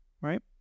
right